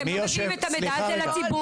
אתם לא מביאים את המידע הזה לציבור,